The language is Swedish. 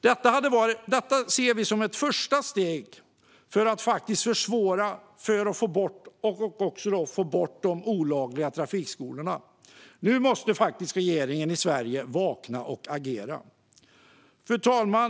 Dessa förslag ser vi som ett första steg för att försvåra för och få bort de olagliga trafikskolorna. Nu måste faktiskt regeringen i Sverige vakna och agera. Fru talman!